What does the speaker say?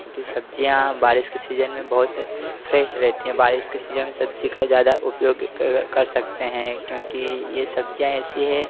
क्योंकि सब्जियाँ बारिश के सीजन में बहुत फ़्रेश रहती हैं बारिश के सीजन में सब्जी का ज़्यादा उपयोग कर सकते हैं क्योंकि यह सब्जियाँ ऐसी हैं